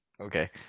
Okay